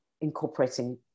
incorporating